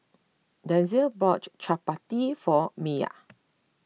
Denzel bought Chapati for Mya